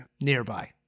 nearby